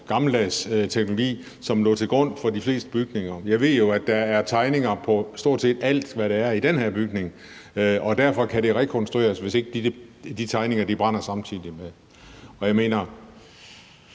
gammeldags teknologi, som lå til grund for de fleste bygninger. Jeg ved jo, at der er tegninger på stort set alt, hvad der er i den her bygning, og derfor kan det rekonstrueres, hvis ikke de tegninger brænder samtidig. Kunne